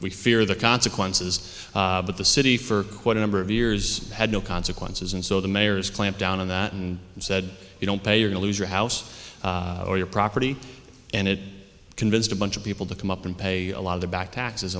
we fear the consequences but the city for quite a number of years had no consequences and so the mayors clamp down on that and said you don't pay or lose your house or your property and it convinced a bunch of people to come up and pay a lot of the back taxes